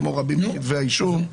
כמו רבים מכתבי האישום,